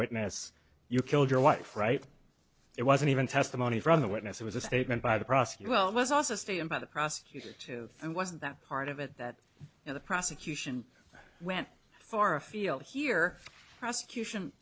witness you killed your wife right it wasn't even testimony from the witness it was a statement by the prosecutor well was also state and by the prosecutor to find wasn't that part of it that the prosecution went far afield here prosecution